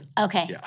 Okay